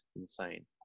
insane